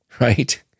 right